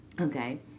Okay